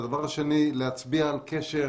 הדבר השני, להצביע על קשר